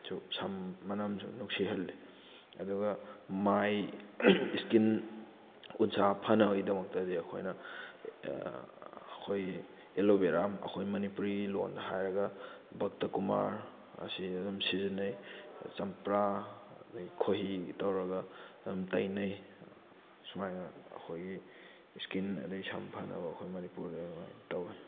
ꯁꯨ ꯁꯝ ꯃꯅꯝꯁꯨ ꯅꯨꯡꯁꯤꯍꯜꯂꯤ ꯑꯗꯨꯒ ꯃꯥꯏ ꯏꯁꯀꯤꯟ ꯎꯟꯁꯥ ꯐꯅꯕꯒꯤꯗꯃꯛꯇꯗꯤ ꯑꯩꯈꯣꯏꯅ ꯑꯩꯈꯣꯏꯒꯤ ꯑꯦꯂꯣꯕꯦꯔꯥ ꯑꯩꯈꯣꯏ ꯃꯅꯤꯄꯨꯔꯤ ꯂꯣꯟꯗ ꯍꯥꯏꯔꯒ ꯕꯛꯇ ꯀꯨꯃꯥꯔ ꯑꯁꯤ ꯑꯗꯨꯝ ꯁꯤꯖꯤꯟꯅꯩ ꯆꯝꯄ꯭ꯔꯥ ꯑꯗꯒꯤ ꯈꯣꯏꯍꯤ ꯇꯧꯔꯒ ꯑꯗꯨꯝ ꯇꯩꯅꯩ ꯁꯨꯃꯥꯏꯅ ꯑꯩꯈꯣꯏꯒꯤ ꯏꯁꯀꯤꯟ ꯑꯗꯒꯤ ꯁꯝ ꯐꯅꯕ ꯑꯩꯈꯣꯏ ꯃꯅꯤꯄꯨꯔꯗ ꯇꯧꯋꯦ